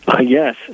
Yes